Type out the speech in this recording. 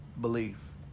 belief